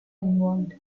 involved